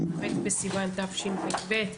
כ"ח בסיון תשפ"ב,